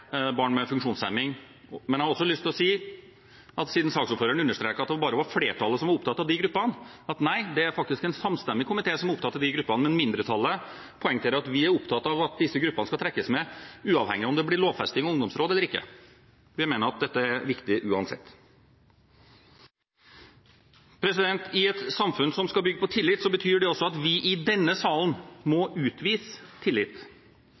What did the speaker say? barn med funksjonshemning. Men jeg har også lyst til å si, siden saksordføreren understreket at det bare var flertallet som var opptatt av de gruppene: Nei, det er faktisk en samstemmig komité som er opptatt av de gruppene, men mindretallet poengterer at vi er opptatt av at disse gruppene skal trekkes med uavhengig av om det blir lovfesting av ungdomsråd eller ikke. Vi mener at dette er viktig uansett. I et samfunn som skal bygge på tillit, betyr det også at vi i denne salen må utvise tillit.